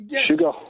Sugar